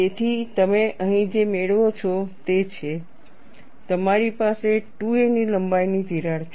તેથી તમે અહીં જે મેળવો છો તે છે તમારી પાસે 2a ની લંબાઈની તિરાડ છે